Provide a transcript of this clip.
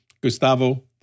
Gustavo